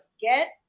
get